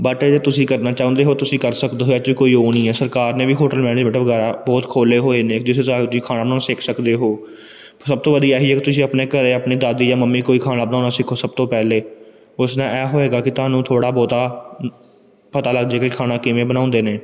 but ਜੇ ਤੁਸੀਂ ਕਰਨਾ ਚਾਹੁੰਦੇ ਹੋ ਤੁਸੀਂ ਕਰ ਸਕਦੇ ਹੋ ਇਹ 'ਚ ਕੋਈ ਉਹ ਨਹੀਂ ਹੈ ਸਰਕਾਰ ਨੇ ਵੀ ਹੋਟਲ ਮੈਨੇਜਮੈਂਟ ਵਗੈਰਾ ਬਹੁਤ ਖੋਲ੍ਹੇ ਹੋਏ ਨੇ ਜਿੱਥੇ ਜਾ ਕੇ ਤੁਸੀਂ ਖਾਣਾ ਬਣਾਉਣਾ ਸਿੱਖ ਸਕਦੇ ਹੋ ਸਭ ਤੋਂ ਵਧੀਆ ਇਹੀ ਹੈ ਕਿ ਤੁਸੀਂ ਆਪਣੇ ਘਰ ਆਪਣੇ ਦਾਦੀ ਜਾਂ ਮੰਮੀ ਕੋਲ ਹੀ ਖਾਣਾ ਬਣਾਉਣਾ ਸਿੱਖੋ ਸਭ ਤੋਂ ਪਹਿਲੇ ਉਸਨੇ ਇਹ ਹੈਗਾ ਕਿ ਤੁਹਾਨੂੰ ਥੋੜ੍ਹਾ ਬਹੁਤ ਪਤਾ ਲੱਗ ਜੇ ਕਿ ਖਾਣਾ ਕਿਵੇਂ ਬਣਾਉਂਦੇ ਨੇ